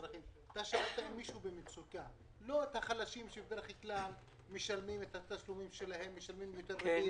שאלת: אם מישהו במצוקה לא החלשים שבדרך כלל משלמים יותר ריבית,